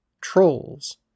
trolls